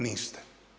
Niste.